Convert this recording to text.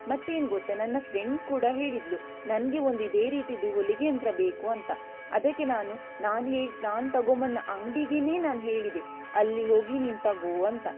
ಮತ್ತೇನು ಗೊತ್ತಾ ನನ್ನ ಫ್ರೆಂಡ್ ಕೂಡ ಹೇಳಿದಳು ನನಗೆ ಒಂದು ಇದೇ ರೀತಿಯದ್ದು ಹೊಲಿಗೆ ಯಂತ್ರ ಬೇಕು ಅಂತ ಅದಕ್ಕೆ ನಾನು ನಾನು ಹೇಳಿ ನಾನು ತಗೊಂಬಂದ ಅಂಗಡಿಗೇನೇ ನಾನು ಹೇಳಿದೆ ಅಲ್ಲಿ ಹೋಗಿ ನೀನು ತಗೋ ಅಂತ